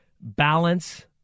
balance